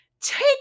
take